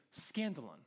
scandalon